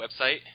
website